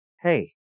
Hey